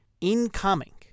Incoming